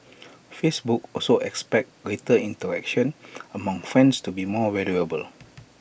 Facebook also expects greater interaction among friends to be more valuable